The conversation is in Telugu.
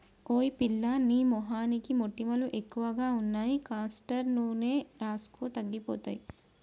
ఓయ్ పిల్లా నీ మొహానికి మొటిమలు ఎక్కువగా ఉన్నాయి కాస్టర్ నూనె రాసుకో తగ్గిపోతాయి